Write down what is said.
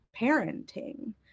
parenting